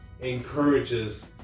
encourages